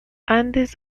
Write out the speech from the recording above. andes